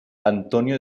antonio